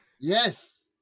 Yes